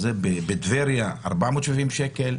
בטבריה, 470 שקל.